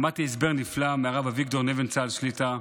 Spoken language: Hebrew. שמעתי הסבר נפלא מהרב אביגדור נבנצל שליט"א,